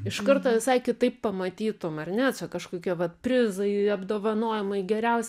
iš karto visai kitaip pamatytum ar ne čia kažkokie vat prizai apdovanojimai geriausi